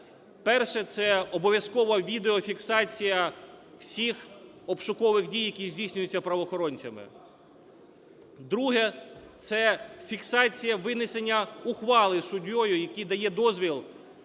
Перше. Це обов'язкова відеофіксація всіх обшукових дій, які здійснюються правоохоронцями. Друге. Це фіксація винесення ухвали суддею, який дає дозвіл